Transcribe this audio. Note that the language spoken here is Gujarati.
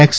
એક્સ